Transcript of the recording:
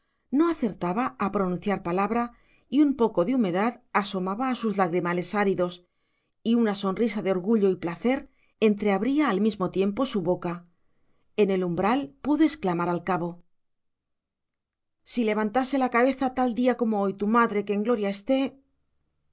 no acertaba a pronunciar palabra y un poco de humedad se asomaba a sus lagrimales áridos y una sonrisa de orgullo y placer entreabría al mismo tiempo su boca en el umbral pudo exclamar al cabo si levantase la cabeza tal día como hoy tu madre que en gloria esté